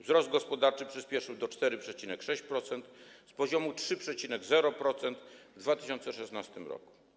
Wzrost gospodarczy przyspieszył do 4,6% z poziomu 3,0% w 2016 r.